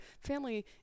family